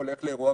הולך לאירוע.